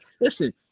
listen